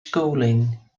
schooling